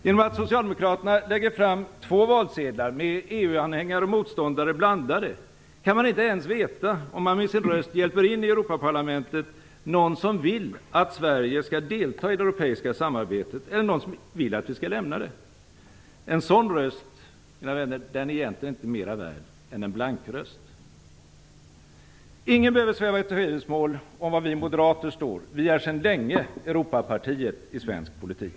Genom att Socialdemokraterna lägger fram två valsedlar, med EU anhängare och EU-motståndare blandade, kan man inte ens veta om man med sin röst i EU-parlamentet hjälper in någon som vill att Sverige skall delta i det europeiska samarbetet eller någon som vill att vi skall lämna det. En sådan röst är, mina vänner, egentligen inte mera värd än en blankröst. Ingen behöver sväva i tvivelsmål om var vi moderater står. Vi är sedan länge Europapartiet i svensk politik.